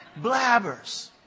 Blabbers